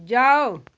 जाओ